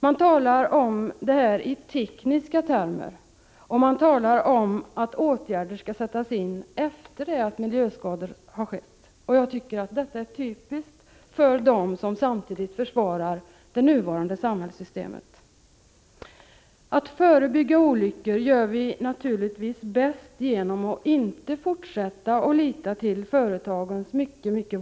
Man talar om detta i tekniska termer, och man talar om åtgärder som skall sättas in efter det att miljöskador har skett. Jag tycker att detta är typiskt för dem som försvarar det nuvarande samhällssystemet. Vi måste som sagt se till att olyckor förebyggs, och naturligtvis gör vi detta bäst genom att inte fortsätta att lita till företagens mycket vaga löften.